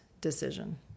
decision